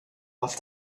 off